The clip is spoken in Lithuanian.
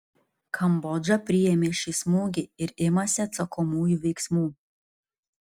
kambodža priėmė šį smūgį ir imasi atsakomųjų veiksmų